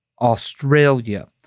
australia